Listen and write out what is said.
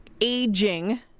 aging